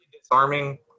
disarming